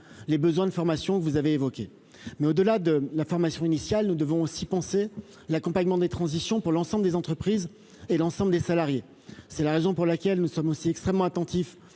les besoins de formation que vous avez évoquées mais au-delà de la formation initiale, nous devons aussi penser l'accompagnement des transitions pour l'ensemble des entreprises et l'ensemble des salariés, c'est la raison pour laquelle nous sommes aussi extrêmement attentif